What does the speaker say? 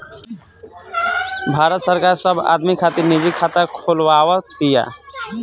भारत सरकार सब आदमी खातिर निजी खाता खोलवाव तिया